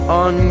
on